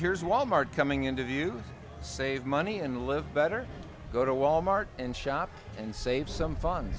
here's wal mart coming into view save money and live better go to wal mart and shop and save some fun